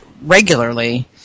regularly